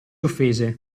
offese